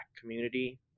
community